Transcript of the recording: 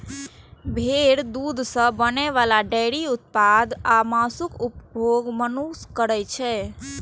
भेड़क दूध सं बनै बला डेयरी उत्पाद आ मासुक उपभोग मनुक्ख करै छै